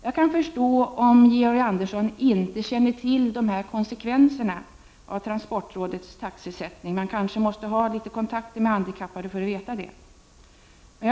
Jag kan förstå om Georg Andersson inte känner till de här konsekvenserna av transportrådets taxesättning. Man kanske måste ha kontakter med handikappade för att få veta detta.